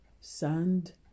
sand